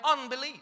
unbelief